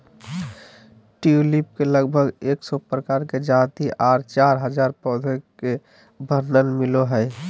tulip के लगभग एक सौ प्रकार के जाति आर चार हजार पौधा के वर्णन मिलो हय